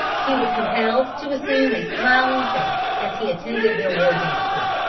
he was compelled to assume a smiling face as he attended their war dances.